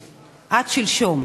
זחאלקה (הרשימה המשותפת): 11 יצחק וקנין (ש"ס):